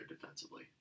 defensively